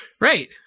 Right